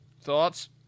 Thoughts